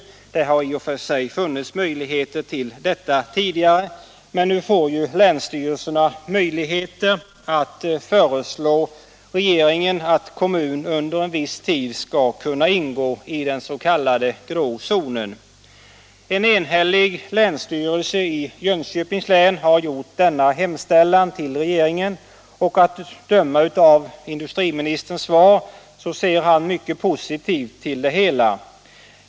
Sådana möjligheter har i och för sig funnits tidigare, men nu kan länsstyrelserna föreslå regeringen att kommun under en viss tid skall kunna ingå i den s.k. grå zonen. En enhällig länsstyrelse i Jönköpings län har gjort en sådan hemställan till regeringen, och att döma av industriministerns svar ser han mycket positivt på det hela.